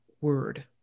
word